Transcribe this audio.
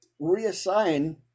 reassign